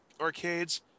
arcades